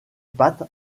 pattes